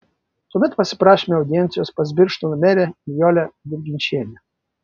tuomet pasiprašėme audiencijos pas birštono merę nijolę dirginčienę